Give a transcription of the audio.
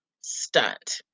stunt